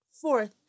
Fourth